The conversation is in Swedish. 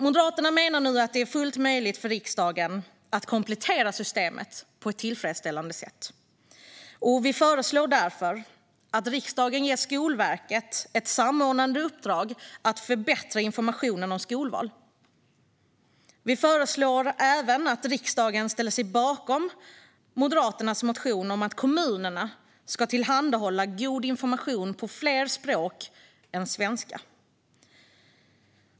Moderaterna menar att det nu är fullt möjligt för riksdagen att komplettera systemet på ett tillfredsställande sätt. Vi föreslår därför att riksdagen ger Skolverket ett samordnande uppdrag att förbättra informationen om skolval. Vi föreslår även att riksdagen ställer sig bakom Moderaternas motion om att kommunerna ska tillhandahålla god information på fler språk än svenska.